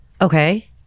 okay